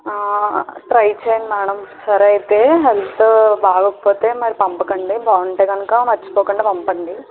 try చేయండి madam సరే అయితే హెల్తు బాగోకపోతే మరి పంపకండి బాగుంటే గనుక మర్చిపోకుండా పంపండి